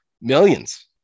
millions